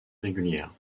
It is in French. régulières